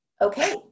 okay